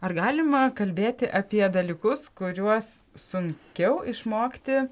ar galima kalbėti apie dalykus kuriuos sunkiau išmokti